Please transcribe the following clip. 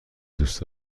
دوست